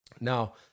now